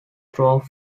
through